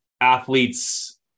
athletes